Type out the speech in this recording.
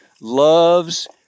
loves